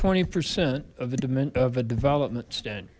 twenty percent of the demint of a development stan